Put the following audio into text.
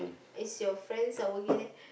its your friends I will give them